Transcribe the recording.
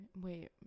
Wait